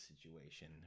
situation